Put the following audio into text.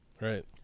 Right